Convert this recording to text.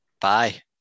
Bye